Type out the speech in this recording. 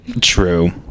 True